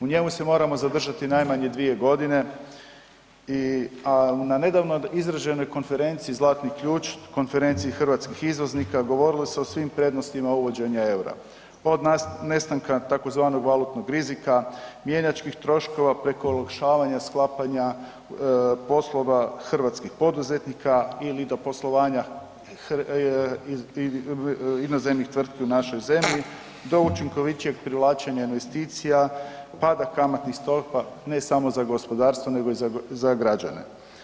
U njemu se moramo zadržati najmanje 2.g. i, a nedavno izraženoj konferenciji „Zlatni Ključ“, konferenciji hrvatskih izvoznika, govorilo se o svim prednostima uvođenja EUR-a, od nestanka tzv. valutnog rizika, mjenjačkih troškova preko olakšavanja sklapanja poslova hrvatskih poduzetnika ili do poslovanja inozemnih tvrtki u našoj zemlji do učinkovitijeg privlačenja investicija, pada kamatnih stopa ne samo za gospodarstvo nego i za građane.